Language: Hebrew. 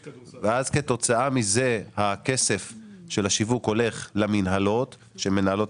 כתוצאה מזה הכסף של השיווק הולך למינהלות שמנהלות